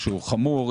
והוא חמור.